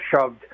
shoved